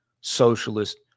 socialist